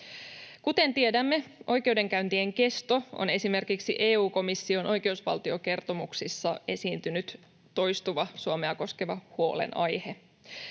Kuten tiedämme, oikeudenkäyntien kesto on esimerkiksi EU-komission oikeusvaltiokertomuksissa esiintynyt toistuva Suomea koskeva huolenaihe.